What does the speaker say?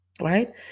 right